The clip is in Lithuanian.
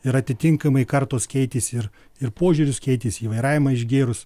ir atitinkamai kartos keitėsi ir ir požiūris keitėsi į vairavimą išgėrus